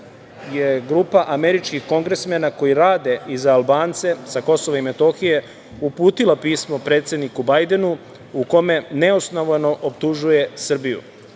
je grupa američkih kongresmena koji rade i za Albance sa Kosova i Metohije uputila pismo predsedniku Bajdenu u kome neosnovano optužuje Srbiju.